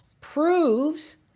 proves